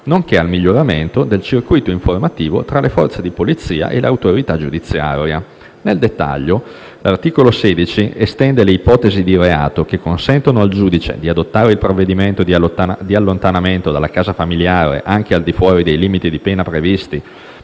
nonché al miglioramento del circuito informativo tra le forze di polizia e l'autorità giudiziaria. Nel dettaglio, l'articolo 16 estende le ipotesi di reato che consentono al giudice di adottare il provvedimento di allontanamento dalla casa familiare anche al di fuori dei limiti di pena previsti